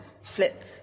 flip